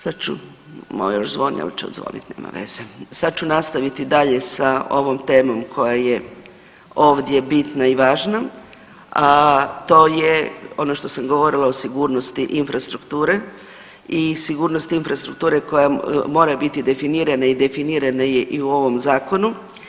Sad ću, moj još zvoni, ali će odzvonit nema veze, sad ću nastaviti dalje sa ovom temom koja je ovdje bitna i važna, a to je ono što sam govorila o sigurnosti infrastrukture i sigurnosti infrastrukture koja mora biti definirana i definirana je i u ovom zakonu.